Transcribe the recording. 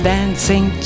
Dancing